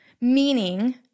meaning